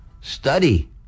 study